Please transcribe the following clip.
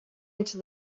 into